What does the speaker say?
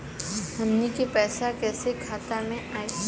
हमन के पईसा कइसे खाता में आय?